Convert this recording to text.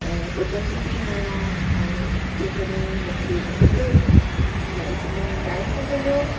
ऐं ॿुधंदी बि आहियां ऐं जे कॾहिं मूंखे अॻिते लाइफ़ में टाइम मिलियो